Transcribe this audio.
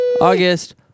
August